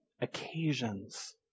occasions